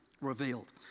revealed